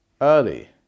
early